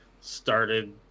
started